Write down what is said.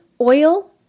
oil